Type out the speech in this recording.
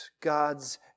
God's